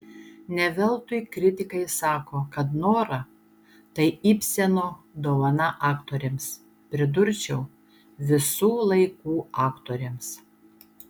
ne veltui kritikai sako kad nora tai ibseno dovana aktorėms pridurčiau visų laikų aktorėms